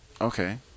Okay